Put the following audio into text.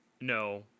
no